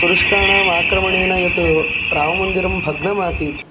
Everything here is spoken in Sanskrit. तुरुष्काणाम् आक्रमणेन यत् राममन्दिरं भग्नमासीत्